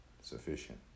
sufficient